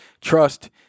Trust